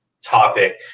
topic